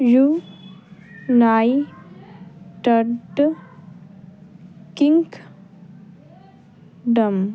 you ਨਾਈ ਟਡ king ਡਮ